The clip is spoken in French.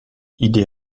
idée